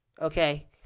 Okay